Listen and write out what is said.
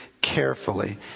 carefully